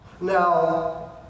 Now